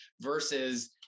versus